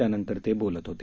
त्यानंतर ते बोलत होते